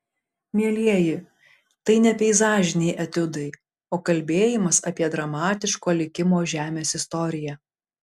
mielieji tai ne peizažiniai etiudai o kalbėjimas apie dramatiško likimo žemės istoriją